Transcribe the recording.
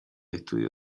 estudio